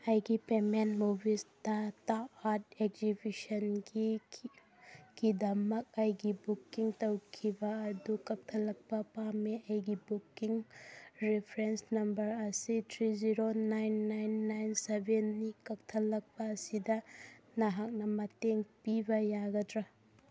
ꯑꯩꯒꯤ ꯄꯦꯃꯦꯟ ꯃꯨꯚꯤꯁꯗ ꯇꯥ ꯑꯥꯔꯠ ꯑꯦꯛꯖꯤꯕꯤꯁꯟꯒꯤ ꯀꯤꯗꯃꯛ ꯑꯩꯒꯤ ꯕꯨꯀꯤꯡ ꯇꯧꯈꯤꯕ ꯑꯗꯨ ꯀꯀꯊꯠꯂꯛꯄ ꯄꯥꯝꯃꯦ ꯑꯩꯒꯤ ꯕꯨꯀꯤꯡ ꯔꯤꯐ꯭ꯔꯦꯟꯁ ꯅꯝꯕꯔ ꯑꯁꯤ three zero nine nine nine ꯁꯚꯦꯟꯅꯤ ꯀꯛꯊꯠꯂꯛꯄ ꯑꯁꯤꯗ ꯅꯍꯥꯛꯅ ꯃꯇꯦꯡ ꯄꯤꯕ ꯌꯥꯒꯗ꯭ꯔꯥ